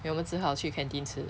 then 我们只好去 canteen 吃